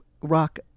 rock